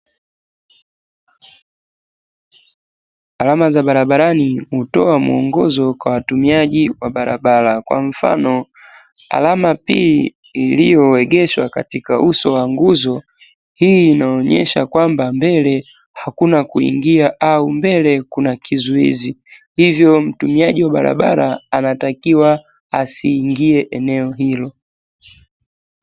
Alama za barabarani hutoa mwongozo kwa watumiaji wa barabara. Kwa mfano alama "P" iliyoegeshwa katika uso wa nguzo, hii inaonyesha kwamba mbele hakuna kuingia au mbele kuna kizuizi. Hivyo mtumiaji wa barabara anatakiwa asiingie eneo hilo.